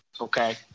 Okay